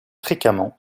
fréquemment